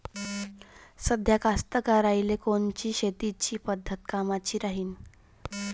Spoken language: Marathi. साध्या कास्तकाराइले कोनची शेतीची पद्धत कामाची राहीन?